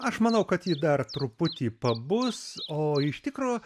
aš manau kad ji dar truputį pabus o iš tikro